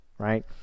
right